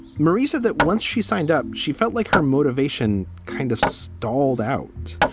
marissa that once she signed up, she felt like her motivation kind of stalled out.